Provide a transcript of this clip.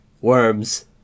worms